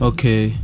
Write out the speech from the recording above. Okay